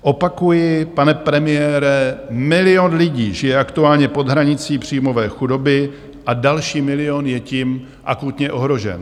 Opakuji, pane premiére, milion žije aktuálně pod hranicí příjmové chudoby a další milion je tím akutně ohrožen.